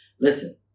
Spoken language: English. listen